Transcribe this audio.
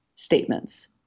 statements